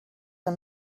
are